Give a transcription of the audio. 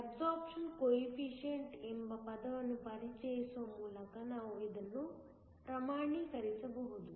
ಆದ್ದರಿಂದ absorption coefficient ಎಂಬ ಪದವನ್ನು ಪರಿಚಯಿಸುವ ಮೂಲಕ ನಾವು ಇದನ್ನು ಪ್ರಮಾಣೀಕರಿಸಬಹುದು